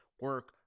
Work